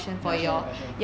ya she has the passion